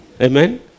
Amen